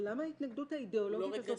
למה ההתנגדות האידיאולוגית הזאת?